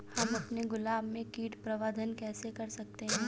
हम अपने गुलाब में कीट प्रबंधन कैसे कर सकते है?